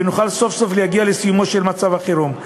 ונוכל סוף-סוף להגיע לסיומו של מצב החירום.